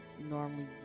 normally